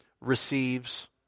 receives